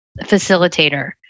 facilitator